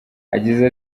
yagize